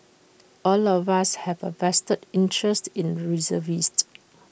all of us have A vested interest in reservist